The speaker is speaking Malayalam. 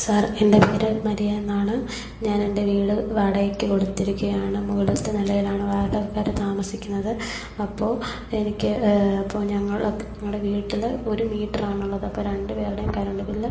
സാർ എൻ്റെ പേര് മരിയാന്നാണ് ഞാനെൻ്റെ വീട് വാടകയ്ക്ക് കൊടുത്തിരിക്കയാണ് മുകളിലത്തെ നിലയിലാണ് വാടകക്കാർ താമസിക്കുന്നത് അപ്പോൾ എനിക്ക് അപ്പോൾ ഞങ്ങൾക്ക് ഞങ്ങളുടെ വീട്ടിൽ ഒരു മീറ്ററാണുള്ളത് അപ്പം രണ്ട് പേരുടേം കറണ്ട് ബില്ല്